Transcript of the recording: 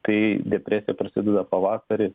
tai depresija prasideda pavasarį